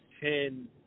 ten